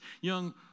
young